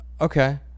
okay